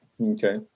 okay